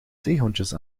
zeehondjes